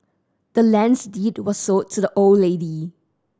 the land's deed was sold to the old lady